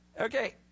Okay